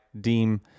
deem